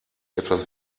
etwas